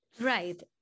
right